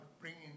bringing